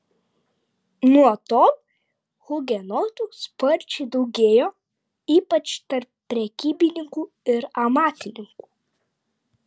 nuo tol hugenotų sparčiai daugėjo ypač tarp prekybininkų ir amatininkų